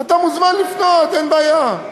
אתה מוזמן לפנות, אין בעיה.